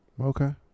okay